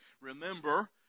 Remember